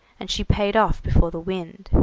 and she paid off before the wind.